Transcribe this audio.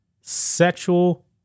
sexual